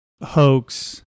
hoax